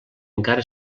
encara